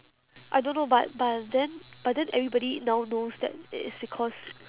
I don't know but but then but then everybody now knows that it is because